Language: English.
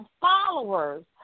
followers